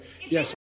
Yes